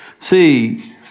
See